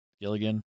Gilligan